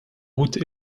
route